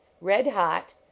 Red-hot